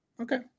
Okay